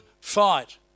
fight